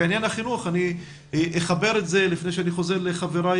בעניין החינוך אני אחבר את זה לפני שאני חוזר לחבריי,